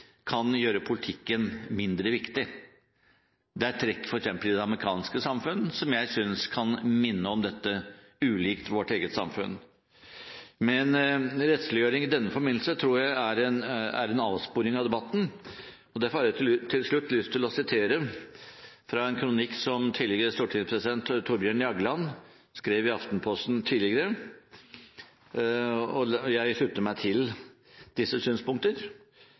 kan gjøre politikken mindre viktig. Der er trekk f.eks. i det amerikanske samfunn som jeg synes kan minne om dette – ulikt vårt eget samfunn. Men rettsliggjøring i denne forbindelse tror jeg er en avsporing av debatten. Derfor har jeg til slutt lyst til å sitere fra en kronikk som tidligere stortingspresident Thorbjørn Jagland skrev i Aftenposten den 7. mars i år, og jeg slutter meg til disse synspunkter